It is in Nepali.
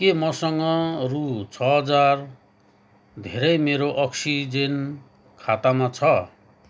के मसँग रु छ हजार धेरै मेरो अक्सिजेन खातामा छ